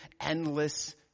endless